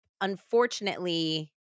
Unfortunately